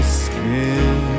skin